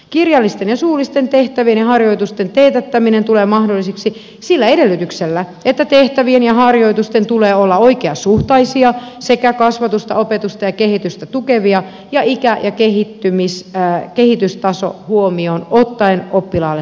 kirjallisten ja suullisten tehtävien ja harjoitusten teetättäminen tulee mahdolliseksi sillä edellytyksellä että tehtävien ja harjoitusten tulee olla oikeasuhtaisia sekä kasvatusta opetusta ja kehitystä tukevia ja ikä ja kehitystaso huomioon ottaen oppilaalle sopivia